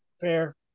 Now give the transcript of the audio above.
Fair